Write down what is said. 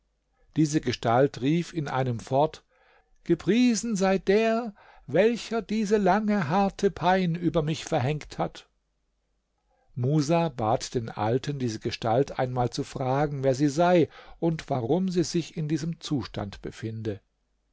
diese gestalt rief in einem fort gepriesen sei der welcher diese lange harte pein über mich verhängt hat musa bat den alten diese gestalt einmal zu fragen wer sie sei und warum sie sich in diesem zustande befinde